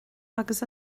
agus